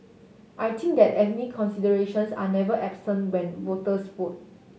I think that ethnic considerations are never absent when voters vote